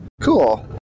cool